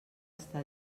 està